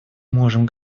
можем